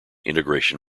integration